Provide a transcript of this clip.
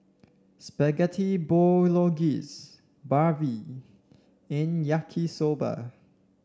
Spaghetti Bolognese Barfi and Yaki Soba